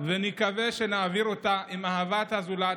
נקווה שנעביר אותה, עם אהבת הזולת